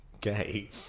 gay